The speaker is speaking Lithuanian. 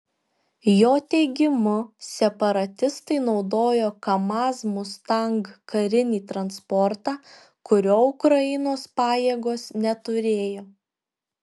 jo teigimu separatistai naudojo kamaz mustang karinį transportą kurio ukrainos pajėgos neturėjo